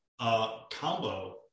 combo